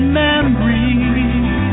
memories